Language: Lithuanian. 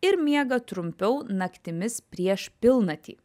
ir miega trumpiau naktimis prieš pilnatį